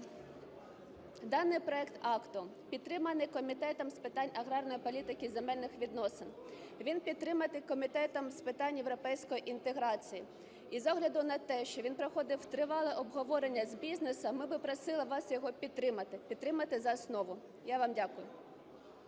Даний проект акту підтриманий Комітетом з питань аграрної політики і земельних відносин, він підтриманий Комітетом з питань європейської інтеграції, і з огляду на те, що він проходив тривале обговорення з бізнесом, ми б просили вас його підтримати, підтримати за основу. Я вам дякую.